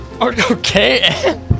Okay